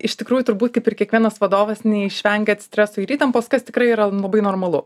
iš tikrųjų turbūt kaip ir kiekvienas vadovas neišvengiat streso ir įtampos kas tikrai yra labai normalu